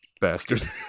Bastard